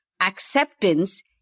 acceptance